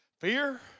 Fear